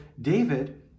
David